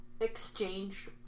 exchange